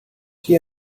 die